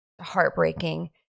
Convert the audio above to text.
heartbreaking